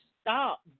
stop